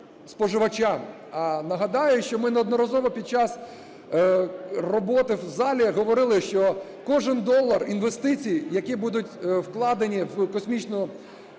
Нагадаю, що ми неодноразово під час роботи в залі говорили, що кожен долар інвестицій, які будуть вкладені в космічну